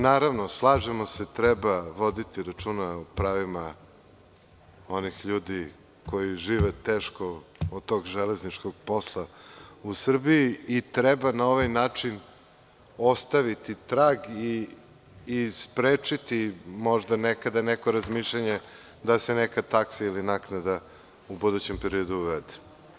Naravno, slažemo se, treba voditi računa o pravima onih ljudi koji žive teško od tog železničkog posla u Srbiji i treba na ovaj način ostaviti trag i sprečiti možda nekada neko razmišljanje da se neka taksa ili naknada u budućem periodu uvede.